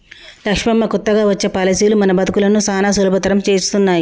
లక్ష్మమ్మ కొత్తగా వచ్చే పాలసీలు మన బతుకులను సానా సులభతరం చేస్తున్నాయి